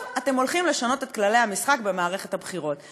ועכשיו אתם הולכים לשנות את כללי המשחק במערכת הבחירות.